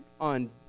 on